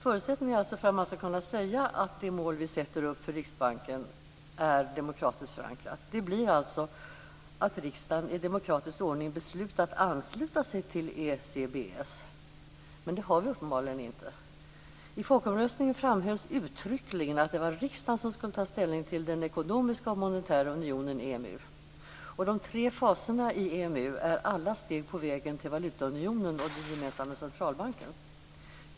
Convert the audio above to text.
Förutsättningen för att man skall kunna säga att det mål vi sätter upp för Riksbanken är demokratiskt förankrat blir alltså att riksdagen i demokratisk ordning beslutat ansluta sig till ECBS. Men det har vi uppenbarligen inte. I folkomröstningen framhölls uttryckligen att det var riksdagen som skulle ta ställning till den ekonomiska och monetära unionen, EMU. De tre faserna i EMU är alla steg på vägen till valutaunionen och den gemensamma centralbanken.